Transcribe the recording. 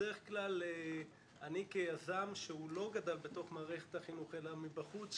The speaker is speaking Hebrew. בדרך כלל אני כיזם שהוא לא גדל בתוך מערכת החינוך אלא מבחוץ,